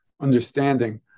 understanding